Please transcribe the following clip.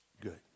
good